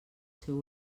seu